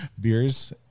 beers